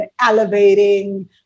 elevating